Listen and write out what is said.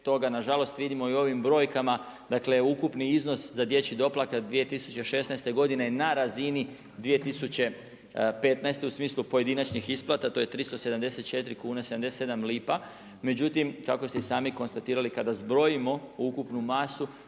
nažalost vidimo i u ovom brojkama. Dakle ukupni iznos za dječji doplatak 2016. godine je na razini 2015. u smislu pojedinačnih isplata to je 374,77 lipa, međutim kako ste i sami konstatirali kada zbrojimo ukupnu masu